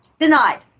Denied